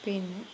പിന്നെ